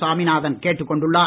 சுவாமிநாதன் கேட்டுக் கொண்டுள்ளார்